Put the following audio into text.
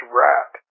rat